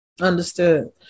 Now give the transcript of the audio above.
understood